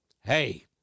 hey